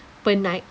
per night